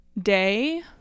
day